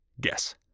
guess